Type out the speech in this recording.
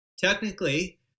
Technically